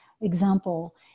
example